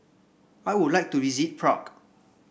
I would like to visit Prague